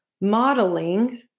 modeling